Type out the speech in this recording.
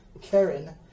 Karen